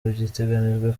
biteganijwe